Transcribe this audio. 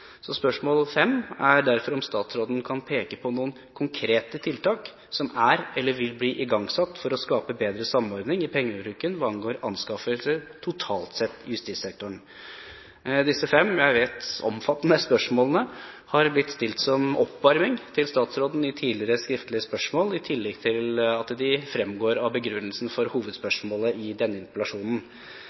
Så spørsmål nr. fem er derfor: Kan statsråden peke på noen konkrete tiltak som er, eller som vil bli igangsatt, for å skape bedre samordning i pengebruken hva angår anskaffelser totalt sett i justissektoren? Disse fem omfattende spørsmålene har blitt stilt som oppvarming til statsråden i tidligere skriftlige spørsmål i tillegg til at de fremgår av begrunnelsen for hovedspørsmålet i denne interpellasjonen.